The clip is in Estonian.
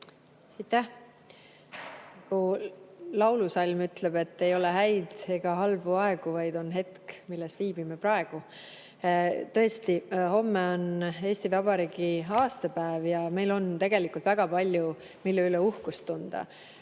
Aitäh! Laulusalm ütleb, et ei ole häid ega halbu aegu, vaid on hetk, milles viibime praegu. Tõesti, homme on Eesti Vabariigi aastapäev ja meil on tegelikult väga palju, mille üle uhkust tunda.